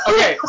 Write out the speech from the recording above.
Okay